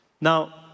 Now